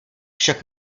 však